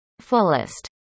fullest